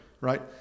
right